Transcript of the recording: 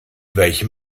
welchem